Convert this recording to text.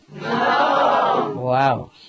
Wow